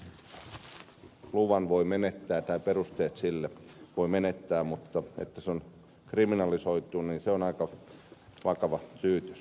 toki luvan voi menettää tai perusteet sille voi menettää mutta se että se on kriminalisoitu on aika vakava syytös